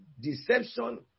Deception